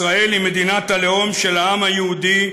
ישראל היא מדינת הלאום של העם היהודי,